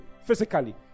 physically